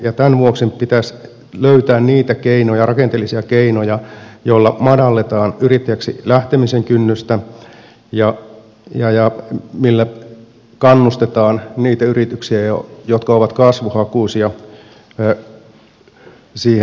tämän vuoksi pitäisi löytää niitä keinoja rakenteellisia keinoja joilla madalletaan yrittäjäksi lähtemisen kynnystä ja kannustetaan niitä yrityksiä jotka ovat kasvuhakuisia siihen kasvuun